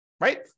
right